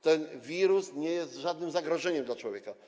Ten wirus nie jest żadnym zagrożeniem dla człowieka.